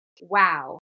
wow